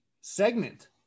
segment